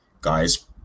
guys